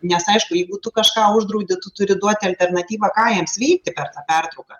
nes aišku jeigu tu kažką uždraudi tu turi duoti alternatyvą ką jiems veikti per tą pertrauką